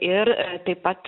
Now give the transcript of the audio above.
ir taip pat